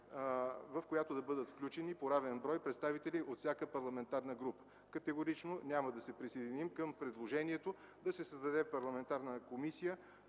в която да бъдат включени равен брой представители от всяка парламента група. Категорично няма да се присъединим към предложението да се създаде парламентарна комисия